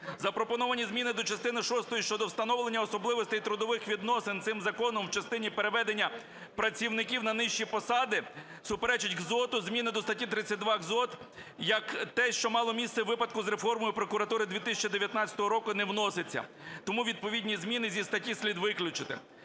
Запропоновані зміни до частини шостої щодо встановлення особливостей трудових відносин цим законом в частині переведення працівників на нижчі посади суперечить КЗоТу, зміни до статті 32 КЗоТ, як те, що мало місце у випадку з реформою прокуратури 2019 року, не вноситься. Тому відповідні зміни зі статті слід виключити.